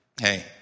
Hey